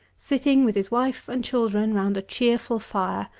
sitting with his wife and children round a cheerful fire,